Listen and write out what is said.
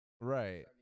right